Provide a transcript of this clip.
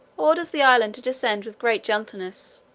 orders the island to descend with great gentleness,